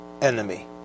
enemy